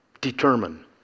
determine